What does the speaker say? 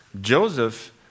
Joseph